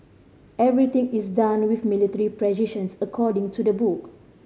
everything is done with military precisions according to the book